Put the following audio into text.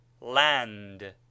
land